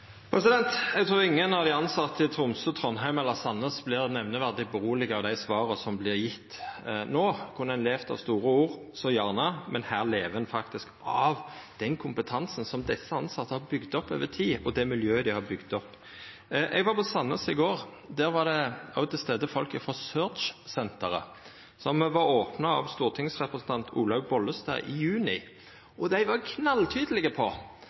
Eg trur ingen av dei tilsette i Tromsø, Trondheim eller Sandnes vert nemneverdig roa av dei svara som vert gjevne no. Kunne ein levd av store ord, så gjerne, men her lever ein faktisk av den kompetansen som desse tilsette har bygd opp over tid, miljøet dei har bygd opp. Eg var på Sandnes i går. Der var det òg til stades folk frå SEARCH-senteret, som vart opna av dåverande stortingsrepresentant Olaug V. Bollestad i juni. Dei var knalltydelege på at ei nedbygging av Veterinærinstituttet på